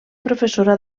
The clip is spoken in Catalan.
professora